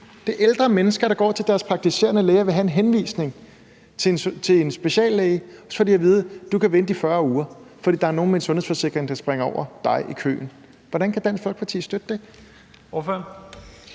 er ældre mennesker, der går til deres praktiserende læge og vil have en henvisning til en speciallæge, og som får at vide, at de kan vente i 40 uger, fordi der er nogen med en sundhedsforsikring, der springer over dem køen. Hvordan kan Dansk Folkeparti støtte det?